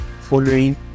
Following